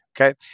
okay